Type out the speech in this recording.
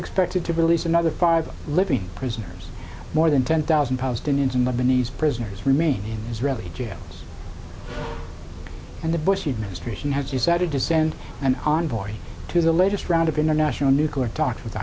expected to release another five living prisoners more than ten thousand palestinians and lebanese prisoners remain israeli jails and the bush administration has decided to send an envoy to the latest round of international nuclear talks with